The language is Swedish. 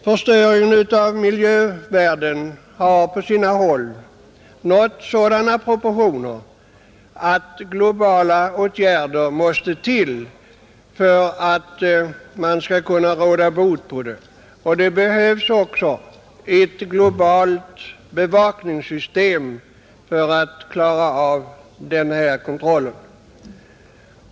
Förstöringen av miljövärden har på sina håll nått sådana proportioner att globala åtgärder måste till för att man skall kunna råda bot på den. Det behövs också ett globalt bevakningssystem för att klara av den här kontrollen.